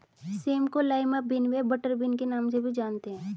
same को lima bean व butter bean के नाम से भी जानते हैं